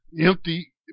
empty